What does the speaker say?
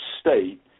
state